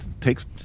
takes